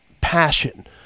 passion